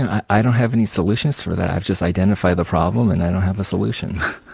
i don't have any solutions for that i just identified the problem and i don't have a solution.